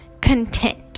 Content